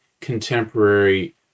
contemporary